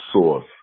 source